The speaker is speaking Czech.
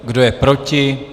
Kdo je proti?